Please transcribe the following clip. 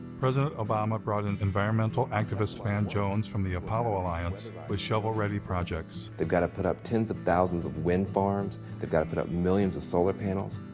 president obama brought in environmental activist van jones, from the apollo alliance, with shovel ready projects. they've gotta put up tens of thousands of wind farms, they gotta put up millions of solar panels.